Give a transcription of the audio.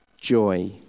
joy